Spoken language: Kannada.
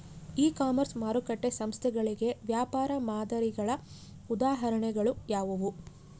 ಇ ಕಾಮರ್ಸ್ ಮಾರುಕಟ್ಟೆ ಸ್ಥಳಗಳಿಗೆ ವ್ಯಾಪಾರ ಮಾದರಿಗಳ ಉದಾಹರಣೆಗಳು ಯಾವುವು?